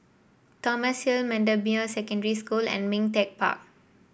Thomson Hill Bendemeer Secondary School and Ming Teck Park